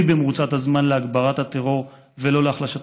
במרוצת הזמן להגברת הטרור ולא להחלשתו".